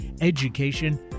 education